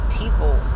people